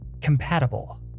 compatible